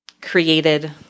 created